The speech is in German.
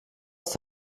ist